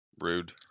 Rude